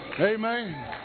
Amen